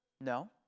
No